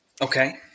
Okay